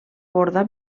borda